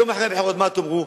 יום אחרי הבחירות, מה תאמרו?